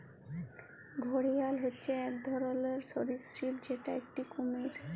ঘড়িয়াল হচ্যে এক ধরলর সরীসৃপ যেটা একটি কুমির